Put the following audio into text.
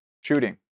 Shooting